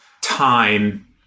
time